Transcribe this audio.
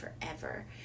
forever